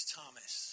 Thomas